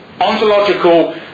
ontological